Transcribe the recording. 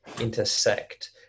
intersect